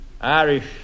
Irish